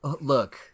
look